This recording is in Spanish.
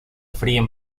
fríen